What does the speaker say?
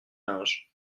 linge